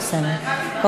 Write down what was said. לא, אני הצבעתי.